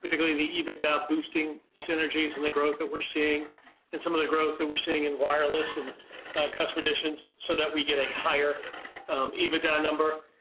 the the ebitda boosting synergies and the growth that we're seeing and some of the growth that we're seeing in wireless and customer additions, so that we get a higher ebitda number.